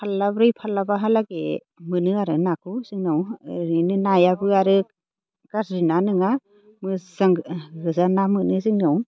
फाल्लाब्रै फाल्लाबाहालागै मोनो आरो नाखौ जोंनाव ओरैनो नायाबो आरो गाज्रि ना नङा मोजांगोजा ना मोनो जोंनाव